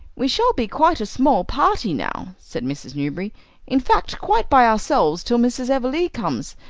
we shall be quite a small party now, said mrs. newberry in fact, quite by ourselves till mrs. everleigh comes,